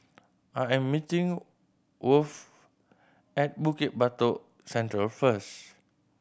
I am meeting Worth at Bukit Batok Central first